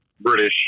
British